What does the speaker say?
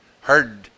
heard